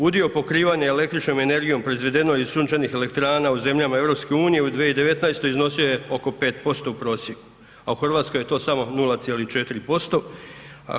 Udio pokrivanja električnom energijom proizvedeno iz sunčanih elektrana u zemljama EU u 2019. iznosio je oko 5% u prosjeku, a u Hrvatskoj je to samo 0,4%